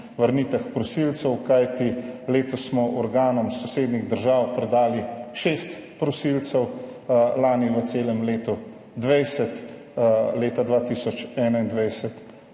vrnitvah prosilcev, kajti letos smo organom sosednjih držav predali šest prosilcev, lani v celem letu 20, leta 2021